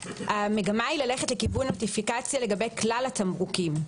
המגמה היא ללכת לכיוון נוטיפיקציה לגבי כלל התמרוקים.